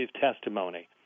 Testimony